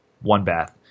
one-bath